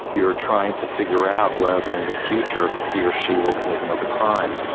you're trying to figure out whether in the future he or she will commit another crime.